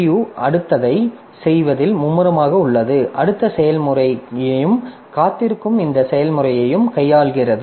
CPU அடுத்ததைச் செய்வதில் மும்முரமாக உள்ளது அடுத்த செயல்முறையையும் காத்திருக்கும் இந்த செயல்முறையையும் கையாளுகிறது